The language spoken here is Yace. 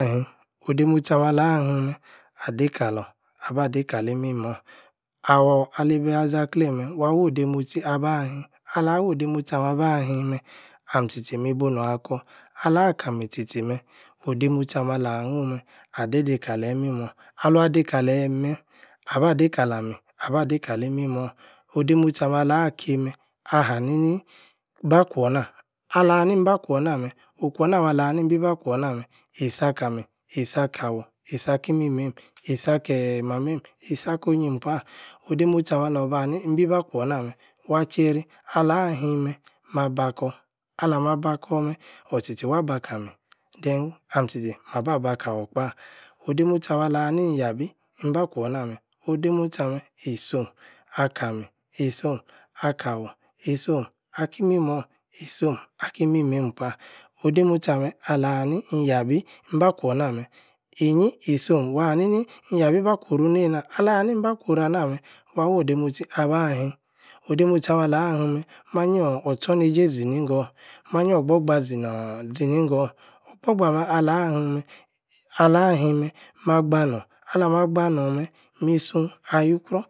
eehn-odemotsi-ameh-alahim-meh. adeī-kalor. abah dei-kalī-ímimor. awor-ali-ba-li-ȝaleim-meh. wawoh demotsi-abah-hím. alah-wo-demotsi-ameh. abahīm-meh. alim tchi-tchi. mi-bunun-akor. alah-kami tchi-tchi-meh. odemotsi-ameh alahnun-meh. adeī-deī-kaleyī imimor. alvan deī-kaleyī-meh. abah geī-kalami. abah-dei-kalī-imimor. odemotsi-ameh alah kim-meh. ahanini. bah-kwor-nah. ahahanini mbah-kwor nah-meh. okwor-na-meh-alahanini imbi-bah kwor-nah-meh. isi-akami. isi-akawor isi-akah-imimeim. isi-aka eeh mameim. isi-akooh-onyim-kpah. odemotsi-ameh. alor-bahani-imbī-bah kwor-na-meh. wuah-jeīri. alah-him-meh. mah-bah-kor. alamah-bakor-meh. or-tchi-tchi wab-akami, then. ahm tchi-tchi maba-bakawor-kpah odemotsi-ameh alahanin-inyabî. imbah-kwor-nah meh. odemotsi-ameh-isom-akami. ísom-akawor. isom-aki-imimor. isom aki-imimeim kpah. odemotsi ameh alah-hanin-inyabi ahn-bakwor-nah-meh. inyi-isom. wanni-inyabi bah-kwoh-ru neinaah alahani-mbah-kworana-meh. woh-dernotsi abahim odemotsi-ameh-alahim-meh. mah-nyor-otchor-neije si-ni-ingorh. mah-nyor ogborgba si-ooor si-ingorh-ogborgba ameh-alah-hīm-meh. alah-him-meh mah-gba-norn. alamah-gba-norn-meh. mi-sunh ayui-kwurah